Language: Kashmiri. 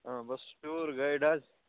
بہٕ چھُس ٹیٛوٗر گایڈ حَظ